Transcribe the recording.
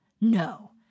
No